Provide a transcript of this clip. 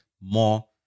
more